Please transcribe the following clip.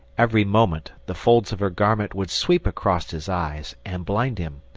every moment the folds of her garment would sweep across his eyes and blind him,